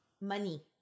Money